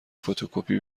فتوکپی